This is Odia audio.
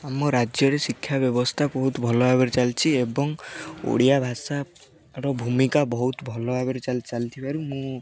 ଆମ ରାଜ୍ୟରେ ଶିକ୍ଷା ବ୍ୟବସ୍ଥା ବହୁତ ଭଲ ଭାବରେ ଚାଲିଛି ଏବଂ ଓଡ଼ିଆ ଭାଷାର ଭୂମିକା ବହୁତ ଭଲ ଭାବରେ ଚାଲିଥିବାରୁ ମୁଁ